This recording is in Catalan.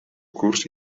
curs